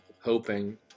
hoping